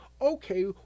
okay